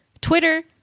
Twitter